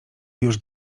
już